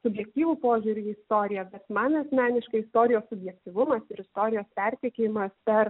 subjektyvų požiūrį į istoriją bet man asmeniškai istorijos subjektyvumas ir istorijos perteikimas per